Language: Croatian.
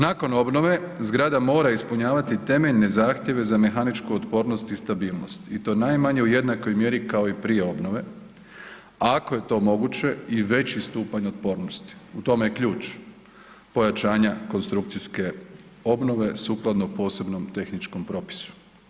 Nakon obnove zgrada mora ispunjavati temeljne zahtjeve za mehaničku otpornost i stabilnost i to najmanje u jednakoj mjeri kao i prije obnove, a ako je to moguće i veći stupanj otpornosti, u tome je ključ pojačanja konstrukcijske obnove sukladno posebnom tehničkom propisu.